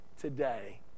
today